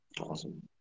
Awesome